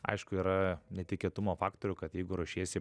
aišku yra netikėtumo faktorių kad jeigu ruošiesi